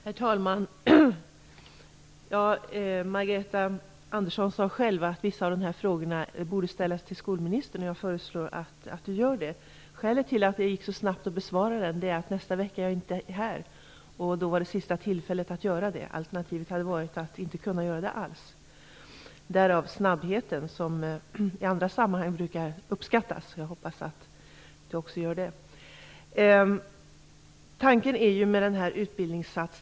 Herr talman! Margareta Andersson sade själv att vissa av de här frågorna borde ställas till skolministern, och jag föreslår att hon gör det. Skälet till att svaret på interpellationen kom så snabbt är att jag inte är här nästa vecka och då var det sista tillfället att besvara den. Alternativet hade varit att inte kunna göra det alls. Därav snabbheten, som i andra sammanhang brukar uppskattas. Jag hoppas att Margareta Andersson också gör det.